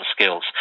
skills